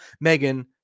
megan